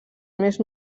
més